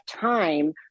time